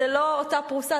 זו לא אותה פרוסה,